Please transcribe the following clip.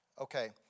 Okay